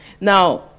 Now